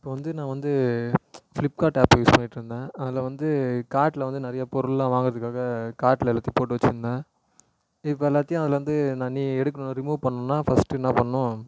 இப்போது வந்து நான் வந்து ஃப்ளிப்கார்ட் ஆப் யூஸ் பண்ணிகிட்டு இருந்தேன் அதில் வந்து கார்டில் வந்து நிறைய பொருள்லாம் வாங்குகிறதுக்காக கார்டில் எல்லாத்தையும் போட்டு வச்சிருந்தேன் இப்போ எல்லாத்தையும் அதுலேருந்து நான் எடுக்கணும் ரிமூவ் பண்ணணுன்னால் ஃபர்ஸ்ட் என்ன பண்ணணும்